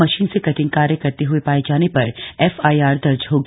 machine से cutting कार्य करते हए पाये जाने पर एफआईआर दर्ज होगी